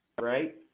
Right